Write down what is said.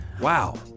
Wow